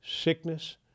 sickness